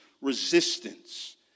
resistance